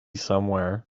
somewhere